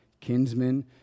kinsmen